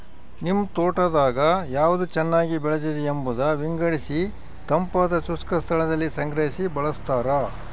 ನಿಮ್ ತೋಟದಾಗ ಯಾವ್ದು ಚೆನ್ನಾಗಿ ಬೆಳೆದಿದೆ ಎಂಬುದ ವಿಂಗಡಿಸಿತಂಪಾದ ಶುಷ್ಕ ಸ್ಥಳದಲ್ಲಿ ಸಂಗ್ರಹಿ ಬಳಸ್ತಾರ